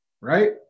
right